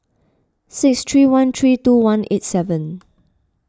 six three one three two one eight seven